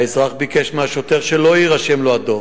האזרח ביקש מהשוטר שלא ירשום לו את הדוח.